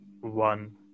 one